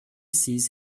sees